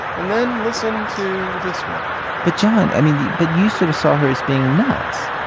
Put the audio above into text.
and then listen to this one but, john, i mean. but you sort of saw her as being nuts.